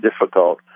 difficult